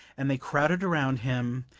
and they crowded around him,